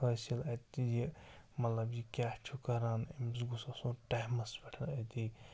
حٲصِل اَتہِ یہِ مَطلَب یہِ کیٛاہ چھُ کَران أمِس گوٚژھ آسُن ٹایمَس پٮ۪ٹھ أتی